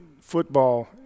football